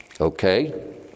Okay